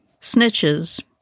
snitches